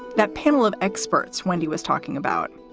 that panel of experts wendy was talking about,